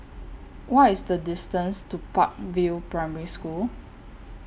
What IS The distance to Park View Primary School